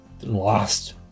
lost